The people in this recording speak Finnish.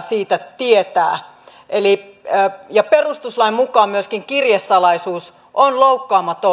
siitä tietää ja perustuslain mukaan myöskin kirjesalaisuus on loukkaamaton